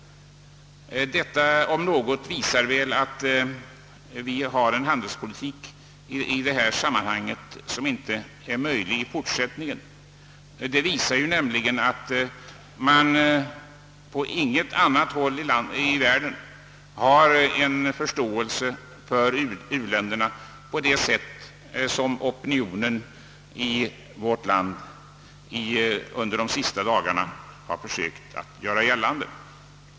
Detta om något visar väl att vi för en handelspolitik som inte är möjlig i fortsättningen. På inget annat håll i världen har man den förståelse för u-länderna som opinionen i vårt land under de senaste dagarna har velat göra gällande.